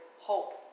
hope